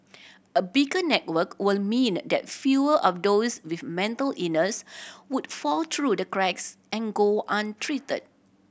a bigger network will mean that fewer of those with mental illness would fall through the cracks and go untreated